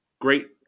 great